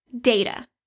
data